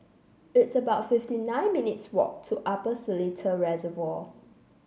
it's about fifty nine minutes' walk to Upper Seletar Reservoir